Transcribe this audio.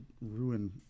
ruin